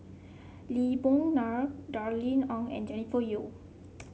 Lee Boon Ngan Darrell Ang and Jennifer Yeo